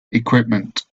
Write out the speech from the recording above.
equipment